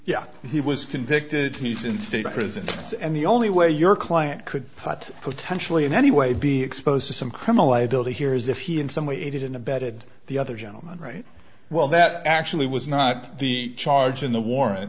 yeah he was convicted he's in state prisons and the only way your client could pot potentially in any way be exposed to some criminal liability here is if he in some way aided and abetted the other gentleman right well that actually was not the charge in the war